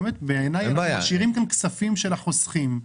משאירים כאן כספים של החוסכים,